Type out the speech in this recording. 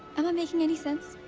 am i making any sense?